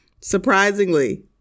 Surprisingly